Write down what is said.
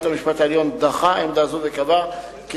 בית-המשפט העליון דחה עמדה זו וקבע כי